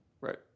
right